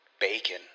Bacon